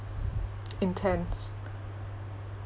intense